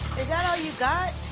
is that all you got?